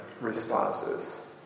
responses